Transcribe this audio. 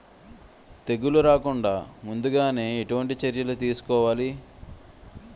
తెగుళ్ల రాకుండ ముందుగానే ఎటువంటి చర్యలు తీసుకోవాలి?